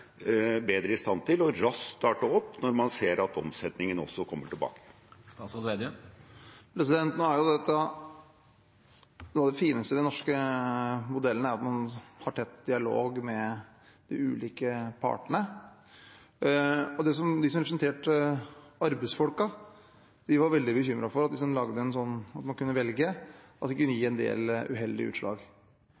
bedre i stand til raskt å starte opp når man ser at omsetningen kommer tilbake? Noe av det fineste ved den norske modellen er at man har tett dialog med de ulike partene, og de som representerte arbeidsfolka, var veldig bekymret for at hvis en lagde en slik ordning hvor man kunne velge, kunne det gi en del uheldige utslag. Nå fikk ikke